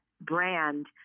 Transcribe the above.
brand